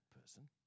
person